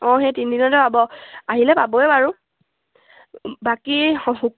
অঁ সেই তিনি দিনলৈ পাব আহিলে পাবই বাৰু বাকী